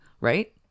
right